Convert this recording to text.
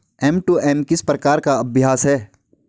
M to M किस प्रकार का अभ्यास है?